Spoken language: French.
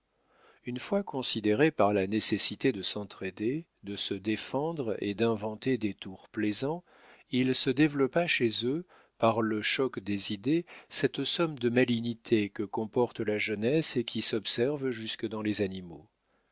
une fois confédérés par la nécessité de s'entr'aider de se défendre et d'inventer des tours plaisants il se développa chez eux par le choc des idées cette somme de malignité que comporte la jeunesse et qui s'observe jusque dans les animaux